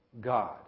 God